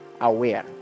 aware